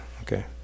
okay